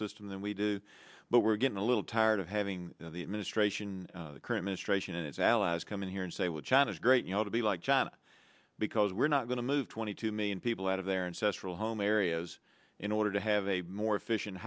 system than we do but we're getting a little tired of having the administration current ministration and its allies come in here and say well china is great you know to be like china because we're not going to move twenty two million people out of their ancestral home areas in order to have a more efficient